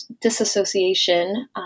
disassociation